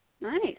Nice